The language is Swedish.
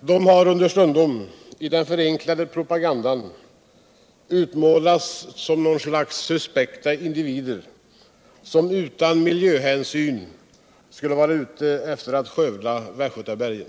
Dessa senare har understundom i den förenklade propagandan utmålats som något slags suspekta individer, som utan miljöhänsyn skulle vara ute efter att skövla västgötabergen.